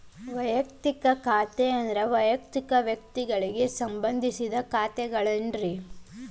ವಯಕ್ತಿಕ ಖಾತೆ ಅಂದ್ರ ವಯಕ್ತಿಕ ವ್ಯಕ್ತಿಗಳಿಗೆ ಸಂಬಂಧಿಸಿದ ಖಾತೆಗಳನ್ನ ಪ್ರತಿನಿಧಿಸುತ್ತ